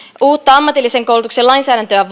uutta ammatillisen koulutuksen lainsäädäntöä